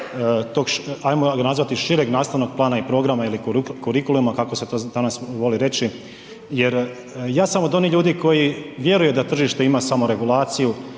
ajmo ga nazvati šireg nastavnog plana i programa ili kurikuluma kako se to danas voli reći. Jer ja sam od onih ljudi koji vjeruje da tržište ima samo regulaciju